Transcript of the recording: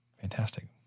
Fantastic